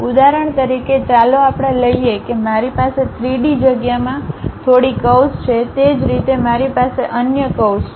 ઉદાહરણ તરીકે ચાલો આપણે લઈએ કે મારી પાસે 3D જગ્યામાં થોડી કર્વ્સ છે તે જ રીતે મારી પાસે અન્ય કર્વ્સ છે